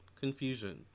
Confusion